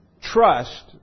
trust